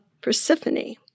Persephone